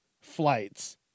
flights